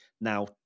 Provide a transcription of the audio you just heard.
now